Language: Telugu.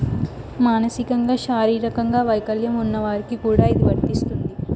మానసికంగా శారీరకంగా వైకల్యం ఉన్న వారికి కూడా ఇది వర్తిస్తుంది